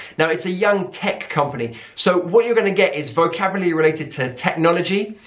now it's a young tech company so what you are going to get is vocabulary related to technology,